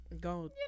Go